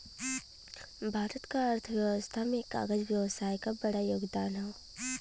भारत क अर्थव्यवस्था में कागज व्यवसाय क बड़ा योगदान हौ